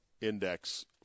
index